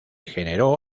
generó